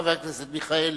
חבר הכנסת מיכאלי.